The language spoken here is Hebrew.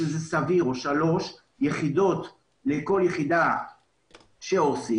שזה סביר או 3 יחידות לכל יחידה שעושים,